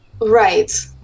Right